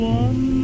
one